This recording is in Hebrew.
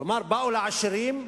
כלומר, באו לעשירים: